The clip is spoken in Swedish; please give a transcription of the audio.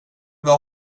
vad